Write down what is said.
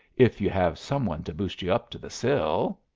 if you have some one to boost you up to the sill.